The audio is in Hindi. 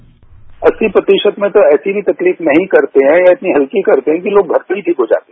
बाईट अस्सी प्रतिशत में तो ऐसी भी तकलीफ नहीं करते हैं या इतनी हल्की करते हैं कि लोग घर पर ही ठीक हो जाते हैं